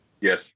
Yes